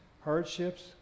hardships